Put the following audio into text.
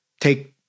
Take